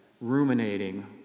ruminating